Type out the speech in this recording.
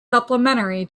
supplementary